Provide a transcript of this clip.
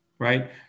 Right